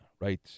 Right